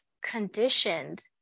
conditioned